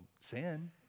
Sin